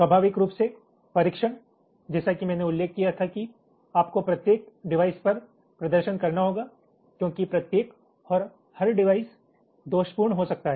स्वाभाविक रूप से परीक्षण जैसा कि मैंने उल्लेख किया था कि आपको प्रत्येक डिवाइस पर प्रदर्शन करना होगा क्योंकि प्रत्येक और हर डिवाइस दोषपूर्ण हो सकता है